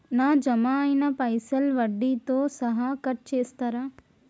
నా జమ అయినా పైసల్ వడ్డీతో సహా కట్ చేస్తరా?